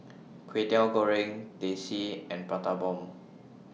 Kway Teow Goreng Teh C and Prata Bomb